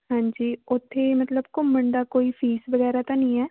ਹਾਂਜੀ ਉੱਥੇ ਮਤਲਬ ਘੁੰਮਣ ਦੀ ਕੋਈ ਫ਼ੀਸ ਵਗੈਰਾ ਤਾ ਨਹੀਂ ਹੈ